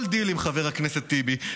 כל דיל עם חבר הכנסת טיבי.